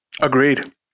Agreed